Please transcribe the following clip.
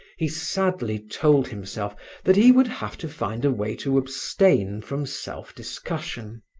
he sadly told himself that he would have to find a way to abstain from self-discussion.